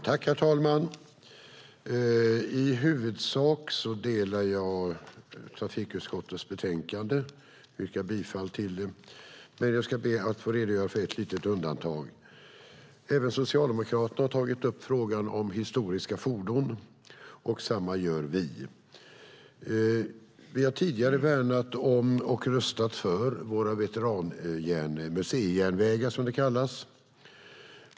Herr talman! I huvudsak håller jag med om förslaget i utskottets betänkande och yrkar bifall till det. Jag ska redogöra för ett litet undantag. Socialdemokraterna har tagit upp frågan om historiska fordon. Det gör vi också. Vi har tidigare värnat om och röstat för våra museijärnvägar.